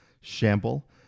Shamble